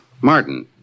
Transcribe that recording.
Martin